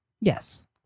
Yes